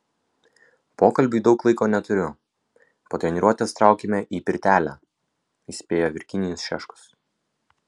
pokalbiui daug laiko neturiu po treniruotės traukiame į pirtelę įspėjo virginijus šeškus